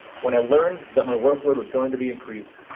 when i learned that my workload is going to be increased,